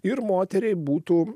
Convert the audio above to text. ir moteriai būtų